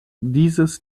dieses